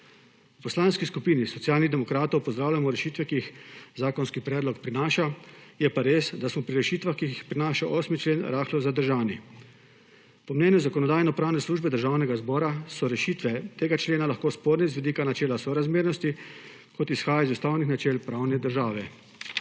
V Poslanski skupini SD pozdravljamo rešitve, ki jih zakonski predlog prinaša, je pa res, da smo pri rešitvah, ki jih prinaša 8. člen, rahlo zadržani. Po mnenju Zakonodajno-pravne službe Državnega zbora so rešitve tega člena lahko sporne z vidika načela sorazmernosti, kot izhaja iz ustavnih načel pravne države.